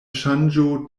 ŝanĝo